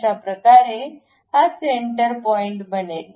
अशाप्रकारे हा centre point बनेल